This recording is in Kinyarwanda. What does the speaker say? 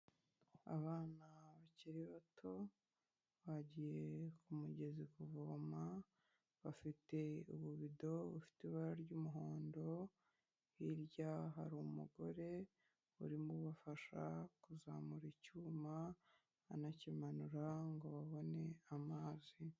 Abana bakiri bato bagiye ku mugezi kuvoma bafite ububido bufite ibara ry'umuhondo, hirya hari umugore urimo ubafasha kuzamura icyuma anakimanura ngo babone amazi.